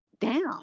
down